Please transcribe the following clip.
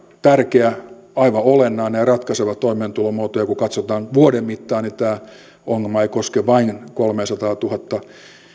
tärkeä aivan olennainen ja ratkaiseva toimeentulomuoto ja kun katsotaan vuoden mittaan niin tämä ongelma ei koske vain kolmeasataatuhatta